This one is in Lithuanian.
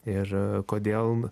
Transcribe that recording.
ir a kodėl